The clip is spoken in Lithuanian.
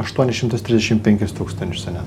aštuonis šimtus trisdešim penkis tūkstančius ane